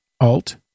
Alt